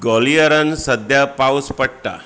ग्वालियरांत सद्या पावस पडटा